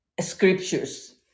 scriptures